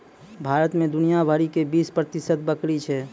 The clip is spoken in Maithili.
भारत मे दुनिया भरि के बीस प्रतिशत बकरी छै